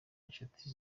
inshuti